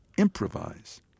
improvise